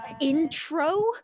intro